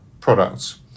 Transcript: products